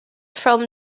from